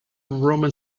roman